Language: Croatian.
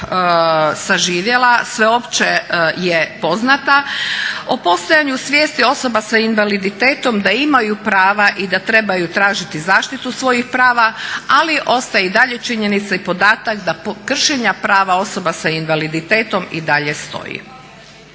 saživjela, sveopće je poznata. O postojanju svijesti osoba sa invaliditetom da imaju prava i da trebaju tražiti zaštiti svojih prava ali ostaje i dalje činjenica i podatak da kršenja prava osoba s invaliditetom i dalje stoji.